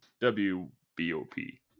W-B-O-P